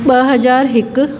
ॿ हज़ार हिकु